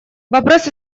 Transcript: вопрос